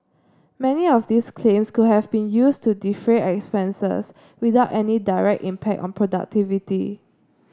many of these claims could have been used to defray expenses without any direct impact on productivity